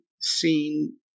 seen